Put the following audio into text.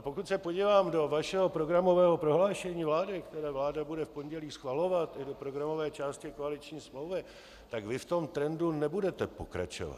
Pokud se ale podívám do vašeho programového prohlášení vlády, které vláda bude v pondělí schvalovat, nebo programové části koaliční smlouvy, tak vy v tom trendu nebudete pokračovat.